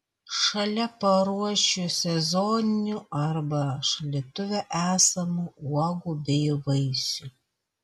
šalia paruošiu sezoninių arba šaldytuve esamų uogų bei vaisių